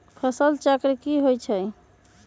फसल चक्र की होइ छई?